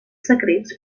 secrets